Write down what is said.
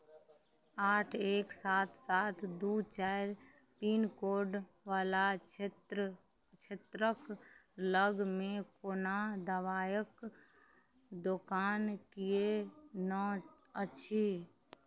आठ एक सात सात दुइ चारि पिनकोडवला क्षेत्र क्षेत्रके लगमे कोनो दवाइके दोकान किएक नहि अछि